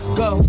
go